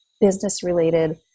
business-related